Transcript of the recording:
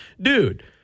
Dude